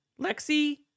Lexi